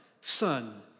son